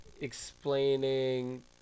explaining